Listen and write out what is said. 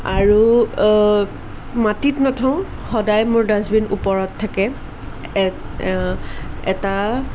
আৰু মাটিত নথওঁ সদায় মোৰ ডাষ্টবিন ওপৰত থাকে এ এটা